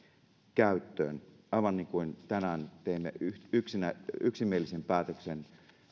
käyttöön aivan niin kuin tänään teimme yksimielisen yksimielisen päätöksen